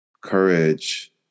courage